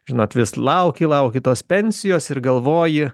žinot vis lauki lauki tos pensijos ir galvoji